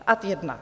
Ad jedna.